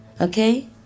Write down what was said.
okay